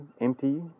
empty